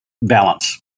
balance